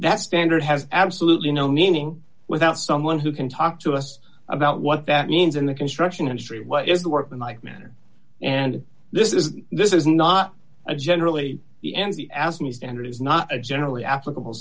that standard has absolutely no meaning without someone who can talk to us about what that means in the construction industry what is the workman like manner and this is this is not generally the n c as new standard is not a generally applicable